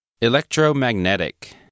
Electromagnetic